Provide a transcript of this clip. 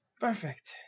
Perfect